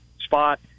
spot